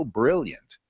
brilliant